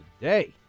today